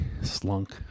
slunk